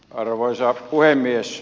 arvoisa puhemies